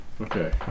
Okay